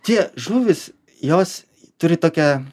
tie žuvys jos turi tokią